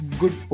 good